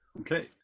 okay